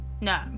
No